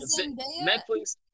Netflix